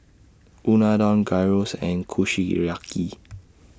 Unadon Gyros and Kushiyaki